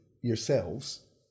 yourselves